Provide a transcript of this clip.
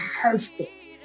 perfect